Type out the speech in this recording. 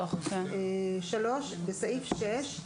(3)בסעיף 6,